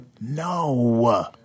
No